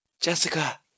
Jessica